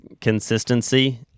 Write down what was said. Consistency